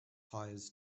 hires